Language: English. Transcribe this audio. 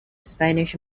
spanish